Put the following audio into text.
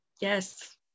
Yes